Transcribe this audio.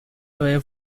away